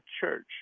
church